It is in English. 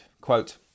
Quote